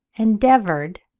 endeavoured,